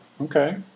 Okay